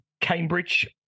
Cambridge